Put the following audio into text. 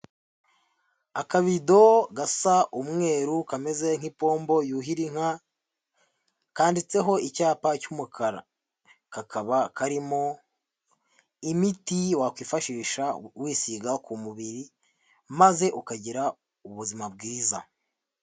Akabido gasa umweru kameze nk'ipombo yuhira inka, kanditseho icyapa cy'umukara, kakaba karimo imiti wakwifashisha wisiga ku mubiri maze ukagira ubuzima bwiza.